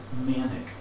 manic